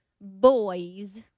boys